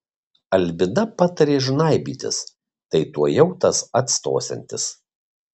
albina patarė žnaibytis tai tuojau tas atstosiantis